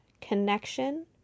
connection